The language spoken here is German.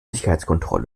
sicherheitskontrolle